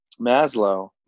Maslow